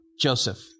Joseph